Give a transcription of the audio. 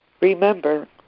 remember